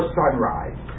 sunrise